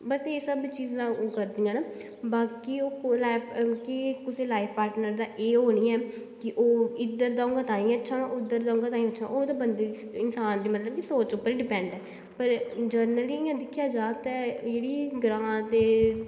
बस एह् सब चीजां ओह् करदियां न बाकी ओह् कि कुसै लाइफ पार्टनर दा एह् ओह् निं ऐ कि ओह् इद्धर दा ई होऐ ताहीं अच्छा होना उद्धर दा होग ताहीं अच्छा ओह ते बंदे दी इंसान दी मतलब कि सोच उप्पर डिपेंड ऐ पर जरनली इ'यां दिक्खेआ जा ते जेह्ड़ी ग्रांऽ दे